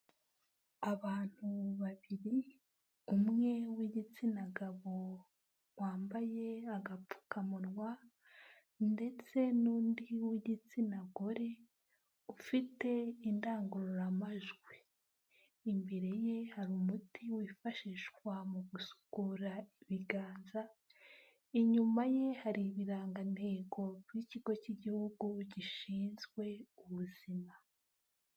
Abantu babiri, umwe w'igitsina gabo wambaye agapfukamunwa, ndetse n'undi w'igitsina gore ufite indangururamajwi. iImbere ye hari umuti wifashishwa mu gusukura ibiganza, inyuma ye hari ibirangantego by'ikigo cy'Igihugu gishinzwe ubuzima.